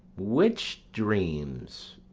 which dreams,